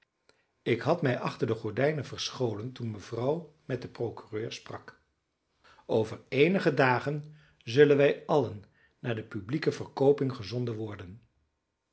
ik had mij achter de gordijnen verscholen toen mevrouw met den procureur sprak over eenige dagen zullen wij allen naar de publieke verkooping gezonden worden